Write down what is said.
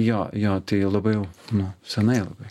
jo jo tai labai jau nu senai labai